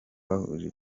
bahuje